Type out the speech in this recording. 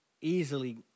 easily